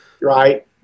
right